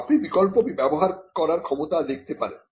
আপনি বিকল্প ব্যবহার করার ক্ষমতা দেখতে পারেন